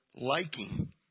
liking